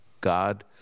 God